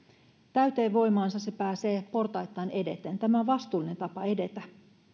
täyteen voimaansa se pääsee portaittain edeten tämä on vastuullinen tapa edetä